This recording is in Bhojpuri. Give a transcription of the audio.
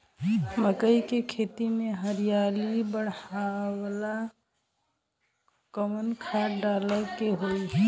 मकई के खेती में हरियाली बढ़ावेला कवन खाद डाले के होई?